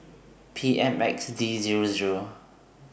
P M X D Zero Zero